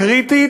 קריטית,